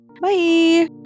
Bye